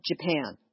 Japan